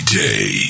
day